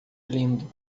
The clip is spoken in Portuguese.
lindo